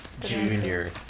Junior